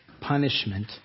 punishment